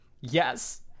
Yes